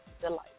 delight